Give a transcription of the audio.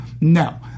no